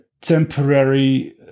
temporary